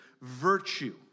virtue